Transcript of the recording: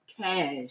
Cash